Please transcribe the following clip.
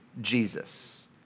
Jesus